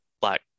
Black